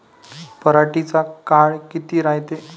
पराटीचा काळ किती रायते?